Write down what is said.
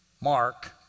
Mark